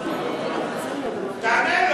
תענה לו.